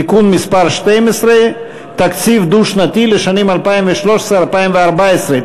(תיקון מס' 12) (תקציב דו-שנתי לשנים 2013 ו-2014),